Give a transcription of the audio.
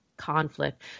Conflict